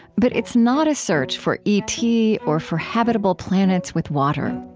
but it's not a search for e t. or for habitable planets with water.